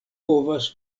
povas